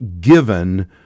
given